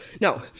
No